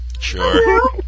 Sure